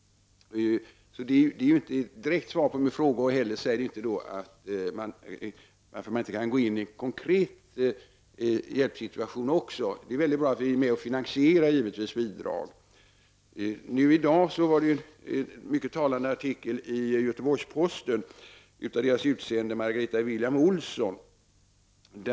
Det är ju inte något direkt svar på min fråga, och det säger inte heller varför man inte kan gå in i en konkret hjälpsituation också. Det är givetvis mycket bra att vi även är med och finansierar med hjälp av bidrag. I dag fanns det en mycket talande artikel i Göteborgs-Posten, skriven av tidningens utsända Margareta William-Olsson.